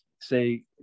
say